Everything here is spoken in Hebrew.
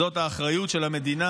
זאת האחריות של המדינה.